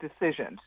decisions